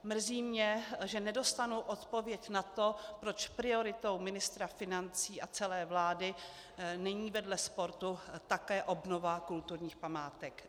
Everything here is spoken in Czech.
Mrzí mě, že nedostanu odpověď na to, proč prioritou ministra financí a celé vlády není vedle sportu také obnova kulturních památek.